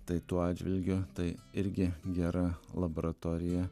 tai tuo atžvilgiu tai irgi gera laboratorija